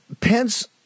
Pence